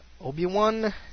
Obi-Wan